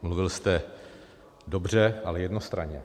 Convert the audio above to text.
Mluvil jste dobře, ale jednostranně.